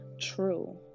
true